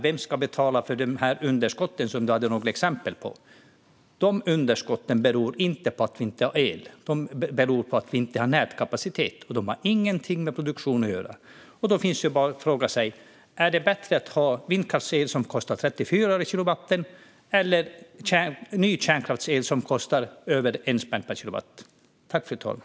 Vem ska betala för de underskott som ledamoten hade exempel på? De underskotten beror inte på att vi inte har el. De beror på att vi inte har nätkapacitet. De har ingenting med produktion att göra. Då kan man fråga sig: Är det bättre att ha vindkraftsel som kostar 34 öre per kilowattimme än ny kärnkraftsel som kostar över 1 spänn per kilowattimme?